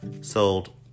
Sold